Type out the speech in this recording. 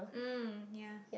mm ya